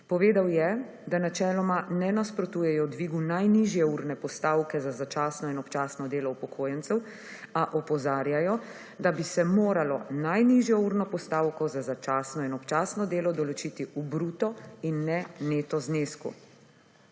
Povedal je, da načeloma ne nasprotujejo dvigu najnižje urne postavke za začasno in občasno delo upokojencev, a opozarjajo, da bi se moralo najnižjo urno postavko za začasno in občasno delo določiti v bruto in ne neto znesku.